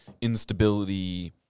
instability